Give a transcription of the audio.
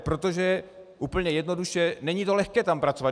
Protože, úplně jednoduše, není lehké tam pracovat.